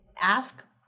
ask